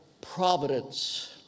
providence